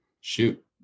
shoot